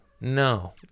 no